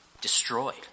destroyed